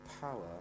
power